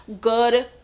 Good